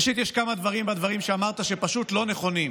ראשית, כמה דברים שאמרת פשוט לא נכונים.